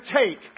take